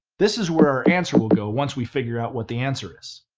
this is where our answer will go, once we figure out what the answer is.